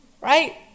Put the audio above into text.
right